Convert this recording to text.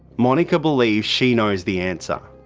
monica believes she knows the answer.